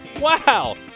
Wow